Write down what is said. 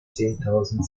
zehntausend